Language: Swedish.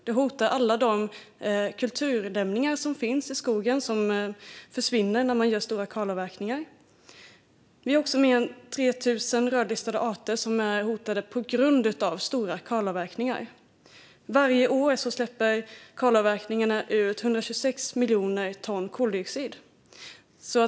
Det hotar alla de kulturlämningar som finns i skogen och som försvinner när man gör stora kalavverkningar. Det finns också mer än 3 000 rödlistade arter som är hotade på grund av stora kalavverkningar. Varje år släpper kalavverkningarna ut 126 miljoner ton koldioxid.